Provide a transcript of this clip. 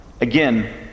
Again